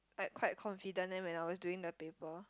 like quite confident then when I was doing the paper